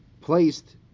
placed